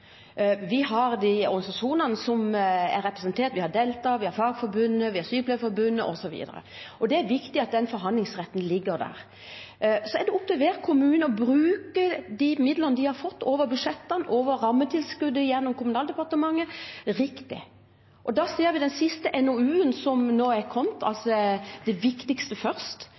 Vi har organisasjonene som er representert – Delta, Fagforbundet, Sykepleierforbundet osv. Det er viktig at den forhandlingsretten ligger der. Så er det opp til hver kommune å bruke de midlene de har fått – over budsjettene, over rammetilskuddet, gjennom Kommunaldepartementet – riktig. Vi ser hva den siste NOU-en, Det viktigste først,